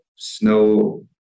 snow